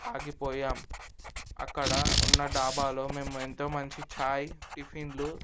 ఆగిపోయాం అక్కడ ఉన్న డాబాలో మేము ఎంతో మంచి చాయ్ టిఫిన్లు